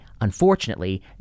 unfortunately